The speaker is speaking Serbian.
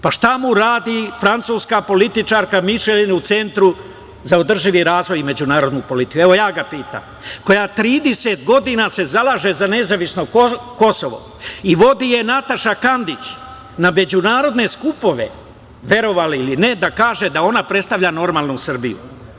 Pa, šta mu radi francuska političarka Mišlen u Centru za održivi razvoj i međunarodnu politiku, evo ja ga pitam, koja se 30 godina zalaže za nezavisno Kosovo i vodi je Nataša Kandić na međunarodne skupove, verovali ili ne, da kaže da ona predstavlja normalnu Srbiju?